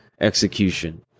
execution